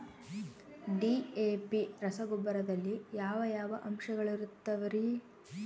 DAP ರಸಗೊಬ್ಬರದಲ್ಲಿ ಯಾವ ಯಾವ ಅಂಶಗಳಿರುತ್ತವರಿ?